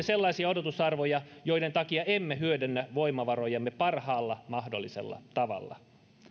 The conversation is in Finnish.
sellaisia odotusarvoja joiden takia emme hyödynnä voimavarojamme parhaalla mahdollisella tavalla